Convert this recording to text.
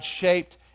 shaped